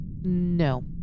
No